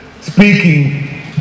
speaking